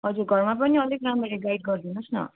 हजुर घरमा पनि अलिक राम्ररी गाइड गरिदिनुहोस् न